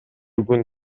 күн